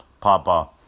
Papa